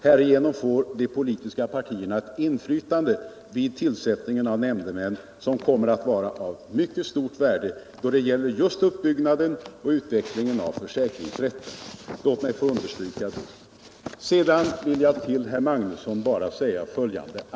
Härigenom får de politiska partierna ett inflytande vid tillsättningen av nämndemän, som kommer att vara av mycket stort värde då det gäller uppbyggnaden och utvecklingen av försäkringsrätterna. Till Arne Magnusson vill jag bara säga följande.